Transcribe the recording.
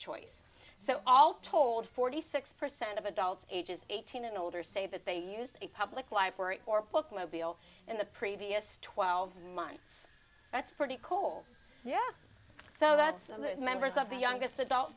choice so all told forty six percent of adults ages eighteen and older say that they used a public library or bookmobile in the previous twelve months that's pretty cool yeah so that's members of the youngest adult